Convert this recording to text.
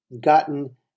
gotten